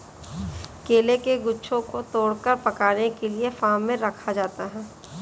केले के गुच्छों को तोड़कर पकाने के लिए फार्म में रखा जाता है